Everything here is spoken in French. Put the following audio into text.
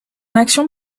action